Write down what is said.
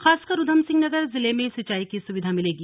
खासकर उधमसिंह नगर जिले में सिंचाई की सुविधा मिलेगी